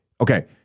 Okay